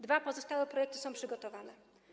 Dwa pozostałe projekty są przygotowane.